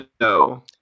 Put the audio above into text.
No